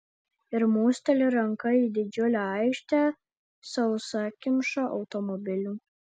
ir mosteli ranka į didžiulę aikštę sausakimšą automobilių